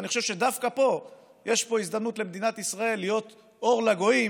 אני חושב שדווקא פה יש הזדמנות למדינת ישראל להיות אור לגויים